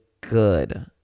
good